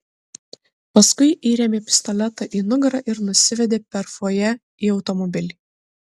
paskui įrėmė pistoletą į nugarą ir nusivedė per fojė į automobilį